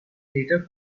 later